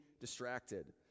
distracted